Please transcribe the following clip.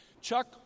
Chuck